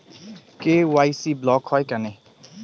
KYC block হয় কেনে?